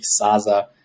Saza